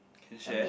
can share